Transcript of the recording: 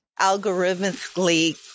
algorithmically